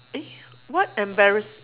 eh what embarrass